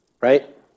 right